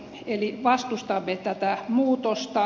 eli vastustamme tätä muutosta